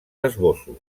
esbossos